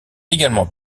également